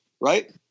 Right